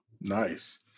Nice